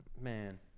Man